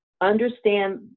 Understand